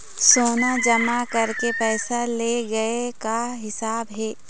सोना जमा करके पैसा ले गए का हिसाब हे?